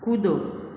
कूदो